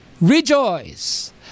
rejoice